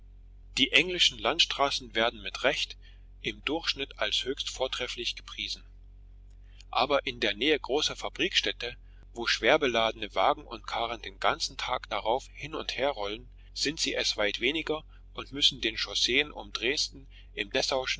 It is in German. die englischen landstraßen werden mit recht im durchschnitt als höchst vortrefflich gepriesen aber in der nähe großer fabrikstädte wo schwerbeladene wagen und karren den ganzen tag darauf hin und her rollen sind sie es weit weniger und müssen den chausseen um dresden im